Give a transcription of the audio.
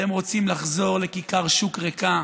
אתם רוצים לחזור לכיכר שוק ריקה.